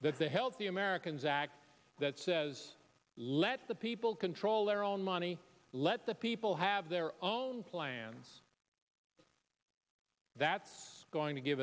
that they help the americans act that says let the people control their own money let the people have their own plan that's going to give